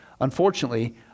Unfortunately